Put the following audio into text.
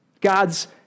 God's